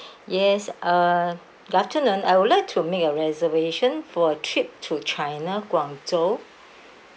yes uh good afternoon I would like to make a reservation for a trip to china guangzhou